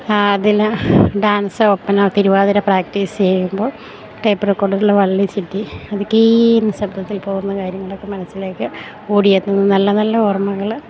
അതിന് dance Oppana Thiruvathira practice ചെയ്യുമ്പോള് tape റെക്കോഡറിലെ വള്ളിചുറ്റി അത് കീന്ന് സബ്ദത്തിൽ പോകുന്ന കാര്യങ്ങളൊക്കെ മനസ്സിലേക്ക് ഓടിയെത്തുന്നത് നല്ല നല്ല ഓർമ്മകൾ